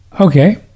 Okay